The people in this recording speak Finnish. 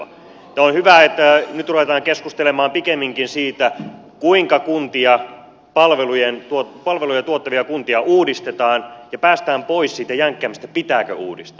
on hyvä että nyt ruvetaan keskustelemaan pikemminkin siitä kuinka palveluja tuottavia kuntia uudistetaan ja päästään pois siitä jänkkäämisestä pitääkö uudistaa